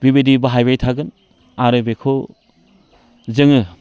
बेबायदि बाहायबाय थागोन आरो बेखौ जोङो